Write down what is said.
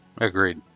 Agreed